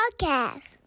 Podcast